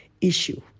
issue